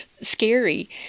scary